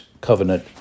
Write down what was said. covenant